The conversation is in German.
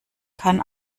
kann